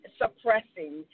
suppressing